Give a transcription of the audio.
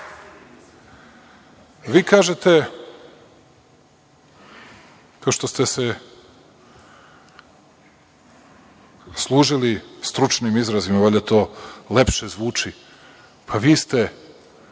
kažete, pošto se služili stručnim izrazima, valjda to lepše zvuči, pa vi ste